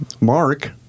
mark